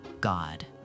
God